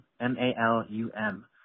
M-A-L-U-M